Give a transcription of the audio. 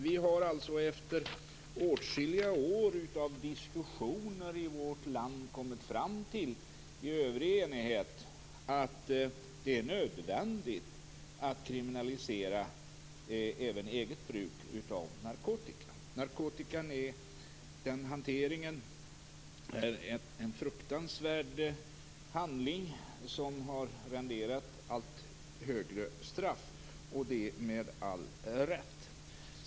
Vi har efter åtskilliga år av diskussioner i vårt land kommit fram till, i övrig enighet, att det är nödvändigt att kriminalisera även eget bruk av narkotika. Hanteringen av narkotika är en fruktansvärd handling som har renderat allt högre straff, och det med all rätt.